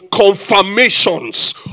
confirmations